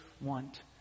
want